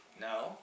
No